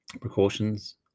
precautions